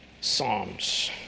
psalms